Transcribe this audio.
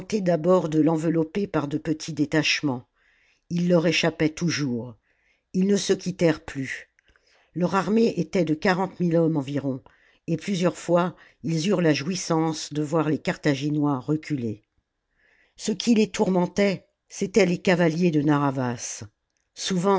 d'abord de l'envelopper par de petits détachements il leur échappait toujours ils ne se quittèrent plus leur armée était de quarante mille hommes environ et plusieurs fois ils eurent la jouissance de voir les carthaginois reculer ce qui les tourmentait c'étaient les cavaliers de narr'havas souvent